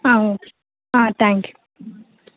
హ okay thank you